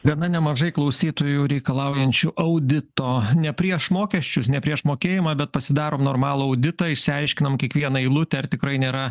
gana nemažai klausytojų reikalaujančių audito ne prieš mokesčius ne prieš mokėjimą bet pasidarom normalų auditą išsiaiškinam kiekvieną eilutę ar tikrai nėra